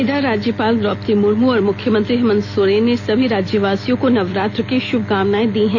इधर राज्यपाल द्रौपदी मुर्मू और मुख्यमंत्री हेमंत सोरेन ने सभी राज्यवासियों को नवरात्र की शुभकामनाए दी हैं